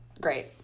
Great